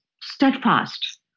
steadfast